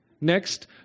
Next